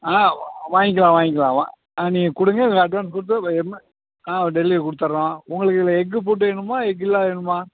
ஆ வாங்கிக்கலாம் வாங்கிக்கலாம் வா ஆ நீங்கள் கொடுங்க நீங்கள் அட்வான்ஸ் கொடுத்து வேணுமா ஆ டெலிவரி கொடுத்தர்றோம் உங்களுக்கு இதில் எக்கு போட்டு வேணுமா எக்கு இல்லாத வேணுமா